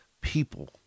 people